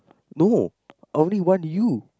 no I only want you